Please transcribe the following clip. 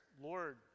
Lord